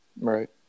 Right